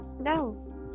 no